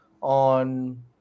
on